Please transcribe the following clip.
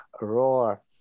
Roar